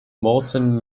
morton